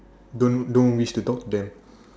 don't don't wish to talk to them